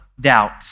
doubt